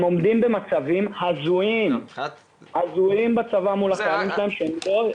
הם עומדים במצבים הזויים בצבא מול החיילים שלהם.